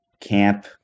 camp